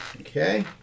Okay